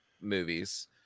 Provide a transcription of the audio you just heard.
movies